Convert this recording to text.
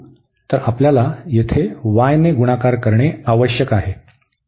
तर आपल्याला येथे y ने गुणाकार करणे आवश्यक आहे